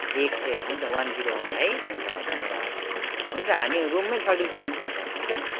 एक सय एक हुन्छ वन जिरो वन है हुन्छ ल धन्यवाद हुन्छ हामी रुममै सर्भिस दिन्छु नि सर हुन्छ